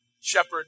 shepherd